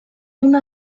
una